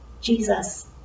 Jesus